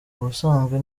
ubusanzwe